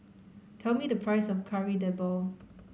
tell me the price of Kari Debal